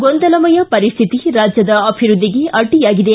ಗೊಂದಲಮಯ ಪರಿಸ್ಥಿತಿ ರಾಜ್ಯದ ಅಭಿವೃದ್ಧಿಗೆ ಅಡ್ಡಿಯಾಗಿದೆ